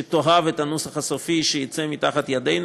שתאהב את הנוסח הסופי שיצא מתחת ידינו,